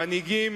המנהיגים,